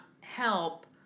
help